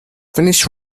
finish